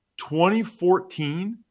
2014